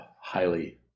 highly